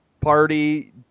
party